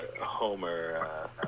Homer